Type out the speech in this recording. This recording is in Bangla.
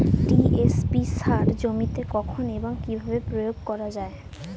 টি.এস.পি সার জমিতে কখন এবং কিভাবে প্রয়োগ করা য়ায়?